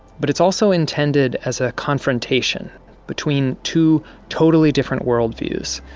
but it's also intended as a confrontation between two totally different worldviews.